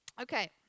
Okay